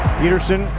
peterson